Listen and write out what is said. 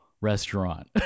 restaurant